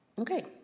Okay